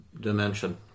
dimension